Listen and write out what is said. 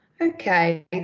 Okay